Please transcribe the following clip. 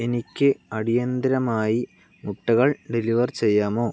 എനിക്ക് അടിയന്തരമായി മുട്ടകൾ ഡെലിവർ ചെയ്യാമോ